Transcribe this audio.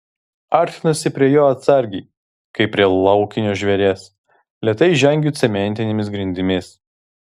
artinuosi prie jo atsargiai kaip prie laukinio žvėries lėtai žengiu cementinėmis grindimis